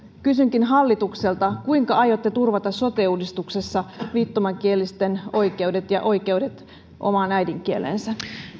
kysynkin hallitukselta kuinka aiotte turvata sote uudistuksessa viittomakielisten oikeudet ja oikeudet omaan äidinkieleensä